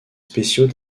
spéciaux